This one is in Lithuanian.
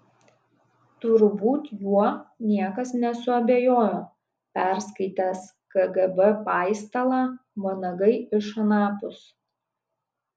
turbūt juo niekas nesuabejojo perskaitęs kgb paistalą vanagai iš anapus